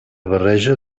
barreja